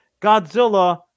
Godzilla